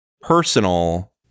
personal